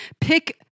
pick